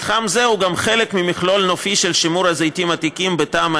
מתחם זה הוא גם חלק ממכלול נופי של שימור זיתים עתיקים בתמ"א